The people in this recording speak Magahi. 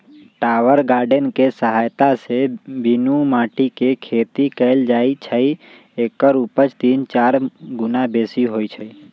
टावर गार्डन कें सहायत से बीनु माटीके खेती कएल जाइ छइ एकर उपज तीन चार गुन्ना बेशी होइ छइ